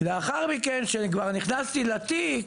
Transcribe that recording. לאחר מכן כשאני כבר נכנסתי לתיק,